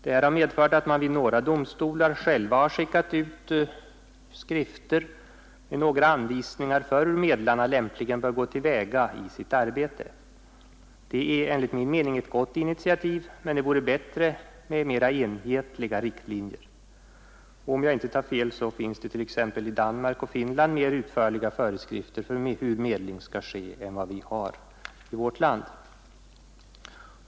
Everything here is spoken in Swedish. Detta har medfört att man vid några domstolar själv skickat ut skrifter med vissa anvisningar för hur medlarna lämpligen bör gå till väga i sitt arbete. Det är enligt min mening ett gott initiativ, men det vore bättre med mera enhetliga riktlinjer. Och om jag inte tar fel finns det t.ex. i Danmark och Finland mer utförliga föreskrifter för hur medling skall ske än vad vi har i vårt land.